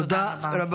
תודה רבה.